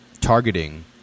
targeting